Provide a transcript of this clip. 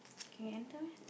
can enter meh